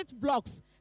blocks